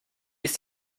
ist